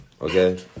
Okay